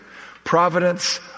Providence